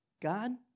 God